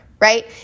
right